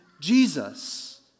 Jesus